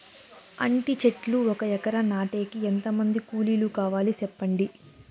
అంటి చెట్లు ఒక ఎకరా నాటేకి ఎంత మంది కూలీలు కావాలి? సెప్పండి?